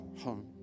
home